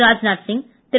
Rajnath Singh Thiru